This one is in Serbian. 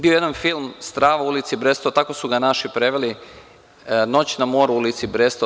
Bio je jedan film „Strava u ulici Brestova“, tako su ga naši preveli, noćna mora u ulici Brestova.